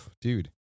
Dude